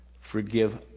Forgive